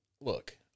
look